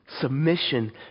Submission